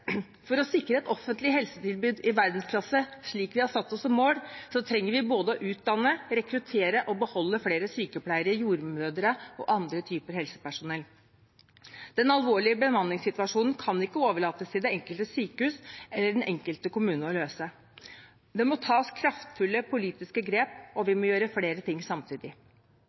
For å sikre et offentlig helsetilbud i verdensklasse, slik vi har satt oss som mål, trenger vi både å utdanne, rekruttere og beholde flere sykepleiere, jordmødre og andre typer helsepersonell. Den alvorlige bemanningssituasjonen kan ikke overlates til det enkelte sykehus eller den enkelte kommune å løse. Det må tas kraftfulle politiske grep, og vi må gjøre flere ting samtidig.